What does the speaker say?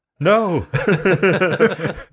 No